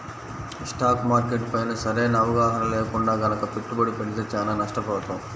stock market పైన సరైన అవగాహన లేకుండా గనక పెట్టుబడి పెడితే చానా నష్టపోతాం